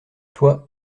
toi